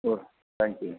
O thank you